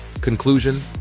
Conclusion